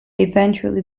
eventually